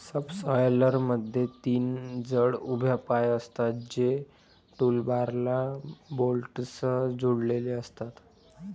सबसॉयलरमध्ये तीन जड उभ्या पाय असतात, जे टूलबारला बोल्टसह जोडलेले असतात